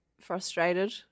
frustrated